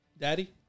Daddy